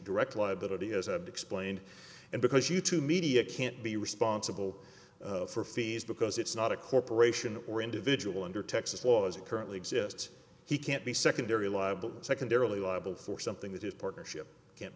direct liability as a explained and because you too media can't be responsible for fees because it's not a corporation or individual under texas law as it currently exists he can't be secondary liable secondarily liable for something that his partnership can't